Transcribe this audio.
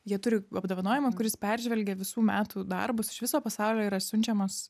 jie turi apdovanojimą kuris peržvelgia visų metų darbus iš viso pasaulio yra siunčiamos